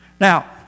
Now